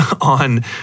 on